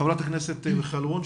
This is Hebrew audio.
חברת הכנסת מיכל וונש.